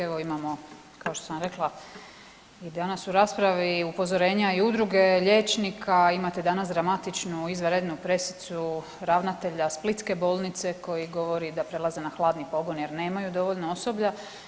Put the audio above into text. Evo imamo, kao što sam rekla i danas u raspravi upozorenja i udruge liječnika, imate danas dramatičnu izvanrednu pressicu ravnatelja splitske bolnice koji govori da prelaze na hladni pogon jer nemaju dovoljno osoblja.